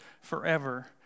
forever